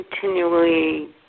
continually